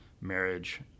marriage